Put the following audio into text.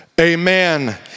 Amen